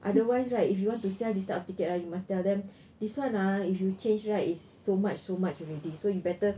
otherwise right if you want to sell this type of ticket ah you must tell them this one ah if you change right is so much so much already so you better